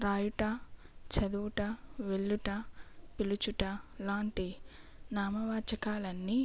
రాయుట చదువుట వెళ్ళుట పిలుచుట ఇలాంటి నామవాచకాలన్నీ